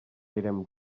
érem